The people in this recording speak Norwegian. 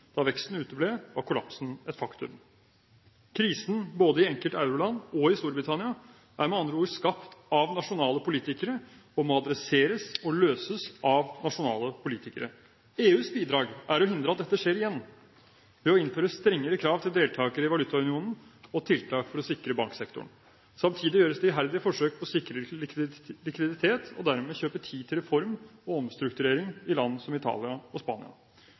Da veksten uteble, var kollapsen et faktum. Krisen – både i enkelte euroland og i Storbritannia – er med andre ord skapt av nasjonale politikere og må adresseres og løses av nasjonale politikere. EUs bidrag er å hindre at dette skjer igjen, ved å innføre strengere krav til deltakere i valutaunionen og tiltak for å sikre banksektoren. Samtidig gjøres det iherdige forsøk på å sikre likviditet, og dermed kjøpe tid til reform og omstrukturering i land som Italia og Spania.